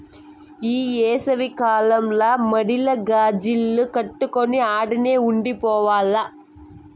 ఈ ఏసవి కాలంల మడిల గాజిల్లు కట్టుకొని ఆడనే ఉండి పోవాల్ల